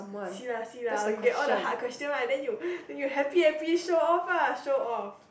see lah see lah oh you get all the hard question right then you then you happy happy show off lah show off